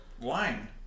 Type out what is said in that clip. wine